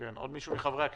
עוד מישהו מחברי הכנסת?